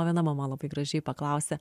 viena mama labai gražiai paklausė